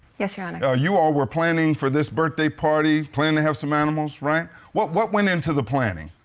yes, your honor. yeah you all were planning for this birthday party, planning to have some animals, right? what, what went into the planning?